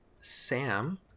Sam